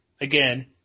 again